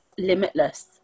limitless